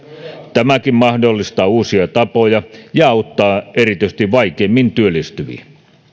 tämäkin mahdollistaa uusia tapoja ja auttaa erityisesti vaikeimmin työllistyviä